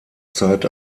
zeit